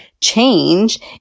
change